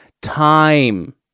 Time